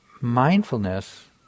mindfulness